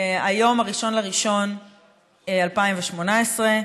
היום 1 בינואר 2018,